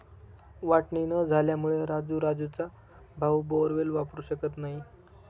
वाटणी न झाल्यामुळे राजू राजूचा भाऊ बोअरवेल वापरू शकत नाही